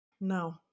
No